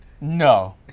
No